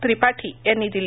त्रिपाठी यांनी दिली